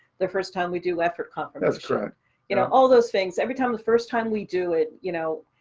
the first time we do after conference, you know, all those things, every time, the first time we do it, you know,